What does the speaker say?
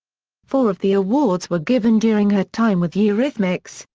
four of the awards were given during her time with eurythmics,